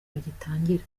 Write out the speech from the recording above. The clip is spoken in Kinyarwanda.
bagitangira